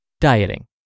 Dieting